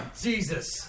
Jesus